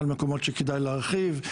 על מקומות שכדאי להרחיב,